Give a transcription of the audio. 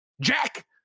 Jack